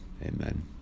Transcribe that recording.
Amen